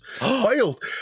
Wild